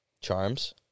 Charms